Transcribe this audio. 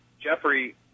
Jeffrey